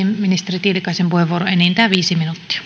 ministeri tiilikaisen puheenvuoro enintään viisi minuuttia